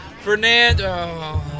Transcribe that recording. Fernando